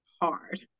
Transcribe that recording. hard